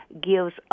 gives